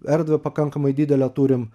erdvę pakankamai didelę turim